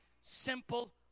simple